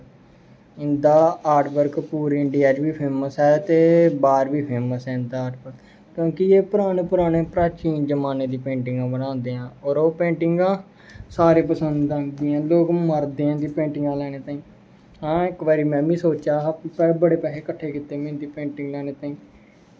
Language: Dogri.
इं'दा आर्ट वर्ग पूरे इंडिया च बी फेमस ऐ ते बाह्र बी फेमस ऐ इं'दा क्योंकि एह् परानें परानें प्राचीन जमान्ने दियां पेंटिंगां बनांदे ऐ होर ओह् पेंटिंगां सारें ई पसंद औंदियां न लोग मरदे ऐं इं'दियां पेंटिंगा लैने ताहीं हां इक बारी में बी सोचा हा बड़े पैसे कट्ठे कीते इं'दी पेंटिंगा लैने ताहीं